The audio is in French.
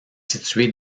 situé